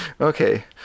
Okay